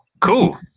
cool